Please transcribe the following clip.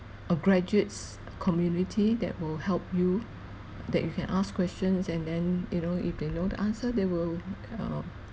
a graduates community that will help you that you can ask questions and then you know if they know the answer they will uh